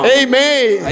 amen